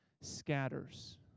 scatters